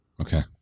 Okay